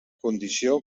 condició